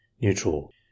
Neutral